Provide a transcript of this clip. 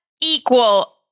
equal